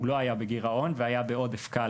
הוא לא היה בגירעון והיה בעודף קל,